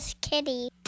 kitty